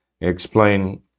explain